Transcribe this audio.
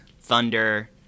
Thunder